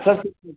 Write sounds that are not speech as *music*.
*unintelligible*